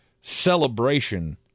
celebration